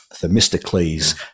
Themistocles